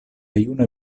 juna